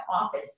office